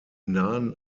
nahen